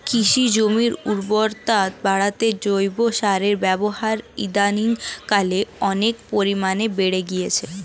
কৃষি জমির উর্বরতা বাড়াতে জৈব সারের ব্যবহার ইদানিংকালে অনেক পরিমাণে বেড়ে গিয়েছে